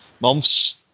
months